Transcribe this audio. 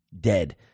dead